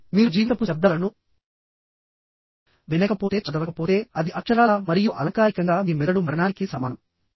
కాబట్టి మీరు జీవితపు శబ్దాలను వినకపోతే చదవకపోతే అది అక్షరాలా మరియు అలంకారికంగా మీ మెదడు మరణానికి సమానం